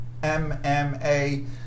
MMA